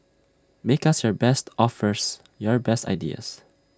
make us your best offers your best ideas